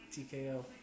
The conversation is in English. TKO